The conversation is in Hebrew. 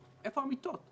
איפה המיטות?